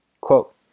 Quote